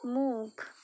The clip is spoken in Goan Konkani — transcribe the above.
मूग